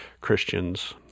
Christians